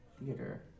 Theater